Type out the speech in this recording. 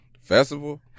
festival